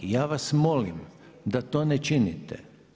I ja vas molim da to ne činite.